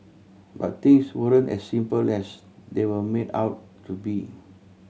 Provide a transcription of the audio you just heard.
but things weren't as simple as they were made out to be